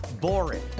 boring